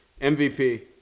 MVP